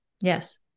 yes